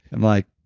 and like,